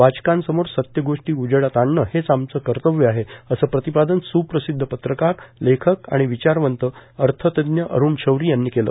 वाचकांसमोर सत्य गोष्टी उजेडात आणणं हेच आमचं कर्तव्य आहे असं प्रतिपादन स्प्रसिध्द पत्रकार लेखक आणि विचारवंत अर्थतज्ञ अरूण शौरी यांनी केलं